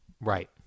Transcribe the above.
right